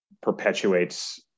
perpetuates